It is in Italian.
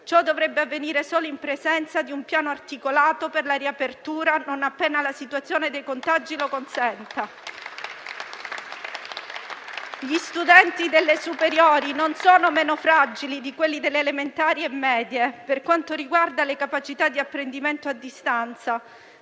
ciò dovrebbe avvenire solo in presenza di un piano articolato per la riapertura non appena la situazione dei contagi lo consenta. Gli studenti delle superiori non sono meno fragili di quelli delle elementari e medie per quanto riguarda le capacità di apprendimento a distanza.